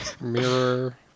Mirror